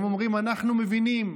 הם אומרים: אנחנו מבינים,